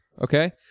Okay